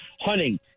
hunting